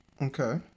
okay